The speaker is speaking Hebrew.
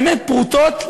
באמת פרוטות,